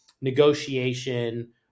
negotiation